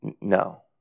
no